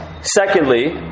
Secondly